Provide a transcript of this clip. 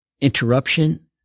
interruption